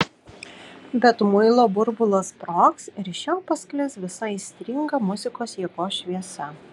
bet muilo burbulas sprogs ir iš jo pasklis visa aistringa muzikos jėgos šviesa